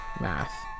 math